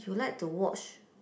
you like to watch